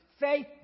faith